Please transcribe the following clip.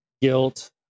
guilt